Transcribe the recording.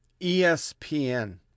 ESPN